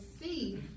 see